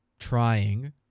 trying